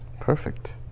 Perfect